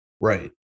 Right